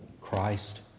Christ